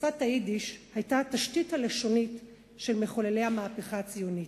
שפת היידיש היתה התשתית הלשונית של מחוללי המהפכה הציונית.